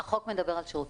החוק מדבר על שירותים.